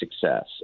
success